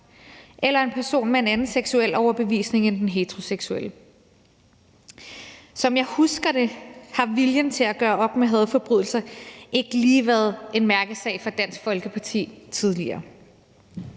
eller en person med en anden seksuel overbevisning end den heteroseksuelle. Som jeg husker det, har viljen til at gøre op med hadforbrydelser ikke lige været en mærkesag for Dansk Folkeparti tidligere,